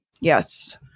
Yes